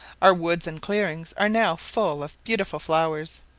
our woods and clearings are now full of beautiful flowers.